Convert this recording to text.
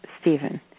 Stephen